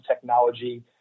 technology